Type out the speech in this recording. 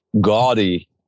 gaudy